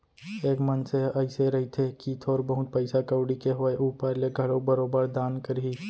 एक मनसे ह अइसे रहिथे कि थोर बहुत पइसा कउड़ी के होय ऊपर ले घलोक बरोबर दान करही